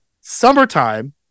summertime